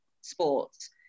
sports